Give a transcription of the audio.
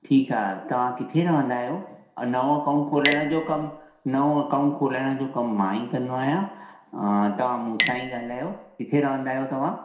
ठीकु आहे तव्हां किथे रहंदा आयो नओं अकाउंट खोलाइण जो कमु नओं अकाउंट खोलाइण जो कमु मां ई कंदो आहियां तव्हां मूं सां ई ॻाल्हायो किथे रहंदा आयो तव्हां